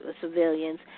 civilians